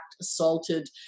assaulted